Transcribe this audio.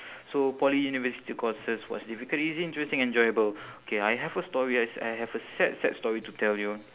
so poly university courses what's difficult easy interesting enjoyable K I have a story I s~ I have a sad sad story to tell you